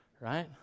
right